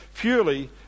purely